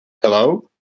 Hello